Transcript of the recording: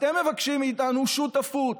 ואתם מבקשים מאיתנו שותפות.